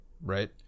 right